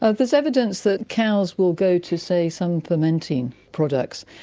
ah there's evidence that cows will go to, say, some fermenting products,